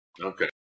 Okay